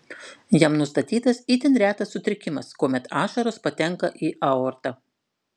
jam nustatytas itin retas sutrikimas kuomet ašaros patenka į aortą